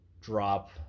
drop